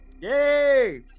yay